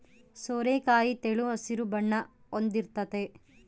ಸೋರೆಕಾಯಿ ತೆಳು ಹಸಿರು ಬಣ್ಣ ಹೊಂದಿರ್ತತೆ